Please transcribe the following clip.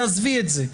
תעזבי את זה,